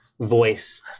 voice